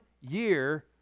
year